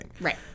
Right